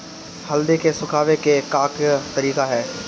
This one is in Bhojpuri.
हल्दी के सुखावे के का तरीका ह?